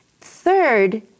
third